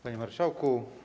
Panie Marszałku!